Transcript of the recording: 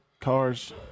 cars